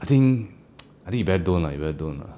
I think I think you better don't lah you better don't lah